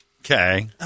Okay